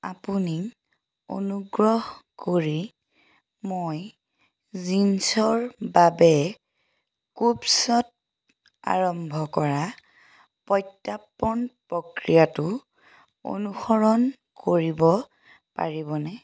আপুনি অনুগ্ৰহ কৰি মই জিন্ছৰ বাবে কুভছ্ত আৰম্ভ কৰা প্ৰত্যৰ্পণ প্ৰক্ৰিয়াটো অনুসৰণ কৰিব পাৰিবনে